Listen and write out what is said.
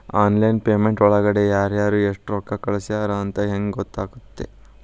Online payment ಒಳಗಡೆ ಯಾರ್ಯಾರು ಎಷ್ಟು ರೊಕ್ಕ ಕಳಿಸ್ಯಾರ ಅಂತ ಹೆಂಗ್ ಗೊತ್ತಾಗುತ್ತೆ?